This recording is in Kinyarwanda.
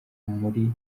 muri